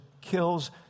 kills